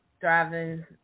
driving